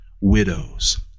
widows